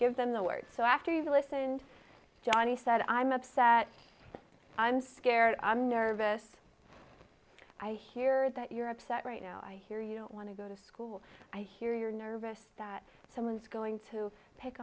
give them the word so after you've listened johnny said i'm upset and scared i'm nervous i hear that you're upset right now i hear you don't want to go to school i hear you're nervous that someone's going to pick